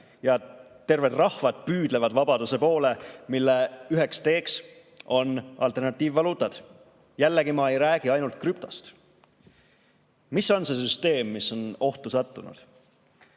ja terved rahvad püüdlevad vabaduse poole, mille üheks teeks on alternatiivvaluutad. Jällegi, ma ei räägi ainult krüptost. Mis on see süsteem, mis on ohtu sattunud?